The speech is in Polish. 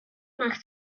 rozmach